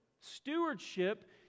Stewardship